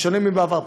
בשונה מבעבר,